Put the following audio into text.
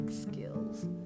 skills